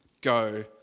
Go